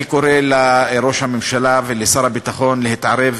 אני קורא לראש הממשלה ולשר הביטחון להתערב